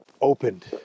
opened